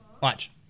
Watch